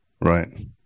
right